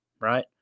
right